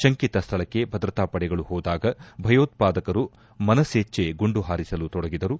ಶಂಕಿತ ಸ್ಥಳಕ್ಕೆ ಭದ್ರತಾ ಪಡೆಗಳು ಹೋದಾಗ ಭಯೋತ್ವಾದಕರು ಮನಸೇಚ್ಡೆ ಗುಂಡು ಹಾರಿಸಲು ತೊಡಗಿದರು